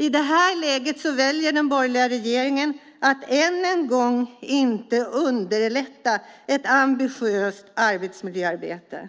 I det läget väljer den borgerliga regeringen än en gång att inte underlätta ett ambitiöst arbetsmiljöarbete.